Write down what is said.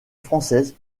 française